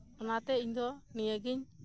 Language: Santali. ᱚᱱᱟᱛᱮ ᱤᱧᱫᱚ ᱱᱤᱭᱟᱹᱜᱤᱧ